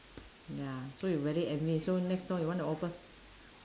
ya so you very envy so next store you want to open